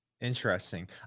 Interesting